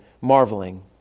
marveling